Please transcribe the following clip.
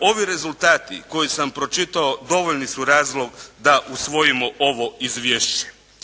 Ovi rezultati koje sam pročitao dovoljni su razlog da usvojimo ovo Izvješće.